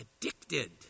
Addicted